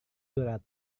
surat